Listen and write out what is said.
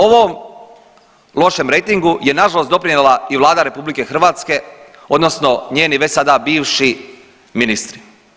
Ovom lošem rejtingu je nažalost doprinijela i Vlada RH odnosno njeni već sada bivši ministri.